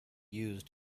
used